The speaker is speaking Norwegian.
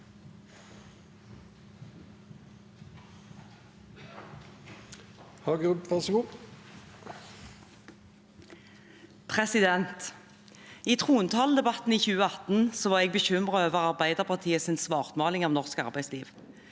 I trontaledebatten i 2018 var jeg bekymret over Arbeiderpartiets svartmaling av norsk arbeidsliv.